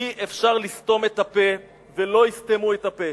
אי-אפשר לסתום את הפה, ולא יסתמו את הפה.